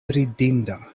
ridinda